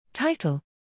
Title